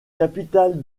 capitale